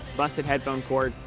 busted headphone cord.